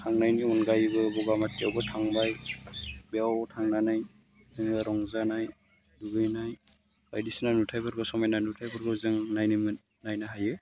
थांनायनि अनगायैबो बगामाटिआवबो थांबाय बेयाव थांनानै जोङो रंजानाय दुगैनाय बायदिसिना नुथायफोरखौ समायना नुथायफोरखौ जों नायनो हायो